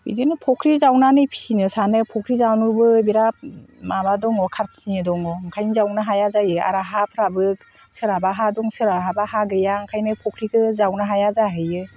बिदिनो फख्रि जावनानै फिसिनो सानो फख्रि जावनोबो बिराद माबा दङ खाथिनि दङ ओंखायनो जावनो हाया जायो आरो हाफ्राबो सोरहाबा हा दं सोरहाबा हा गैया ओंखायनो फख्रिखौ जावनो हाया जाहैयो